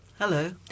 Hello